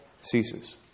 ceases